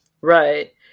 Right